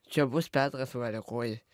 čia bus petras variakoji